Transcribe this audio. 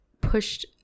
pushed